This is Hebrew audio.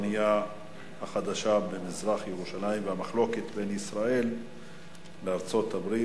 הבנייה החדשה במזרח-ירושלים והמחלוקת בין ישראל לארצות-הברית